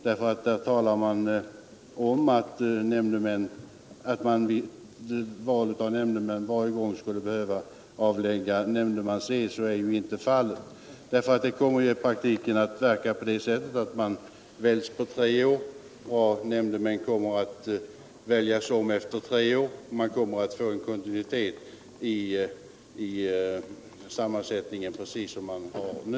I yttrandet sägs bl.a. att det vid varje val av nämndemän skulle behöva avläggas nämndemansed. Så är ju inte fallet. I praktiken blir det ju på det sättet att många nämndemän väljs om efter tre år. Man kommer att ha en kontinuitet i sammansättningen precis som man har nu.